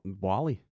Wally